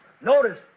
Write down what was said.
Notice